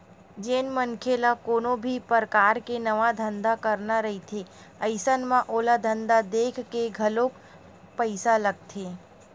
जेन मनखे ल कोनो भी परकार के नवा धंधा करना रहिथे अइसन म ओला धंधा देखके घलोक पइसा लगथे